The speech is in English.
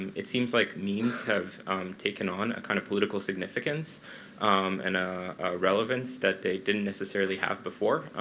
it seems like memes have taken on a kind of political significance and a relevance that they didn't necessarily have before.